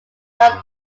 john